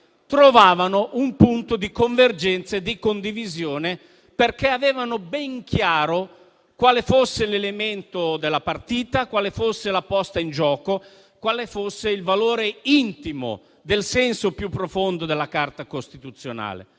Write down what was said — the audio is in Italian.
trovavano un punto di convergenza e di condivisione, perché avevano ben chiaro quale fosse l'elemento della partita, quale fosse la posta in gioco, quale fosse il valore intimo del senso più profondo della Carta costituzionale.